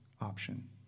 option